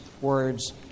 words